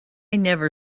never